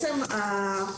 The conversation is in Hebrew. כן.